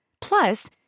Plus